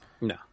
No